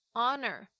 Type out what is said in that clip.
honor